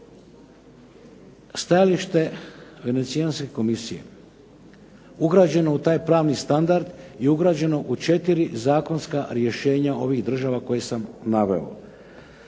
stajalište Venecijanske komisije ugrađeno u taj pravni standard i ugrađeno u 4 zakonska rješenja ovih država koje sam naveo.